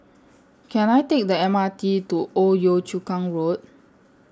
Can I Take The M R T to Old Yio Chu Kang Road